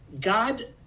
God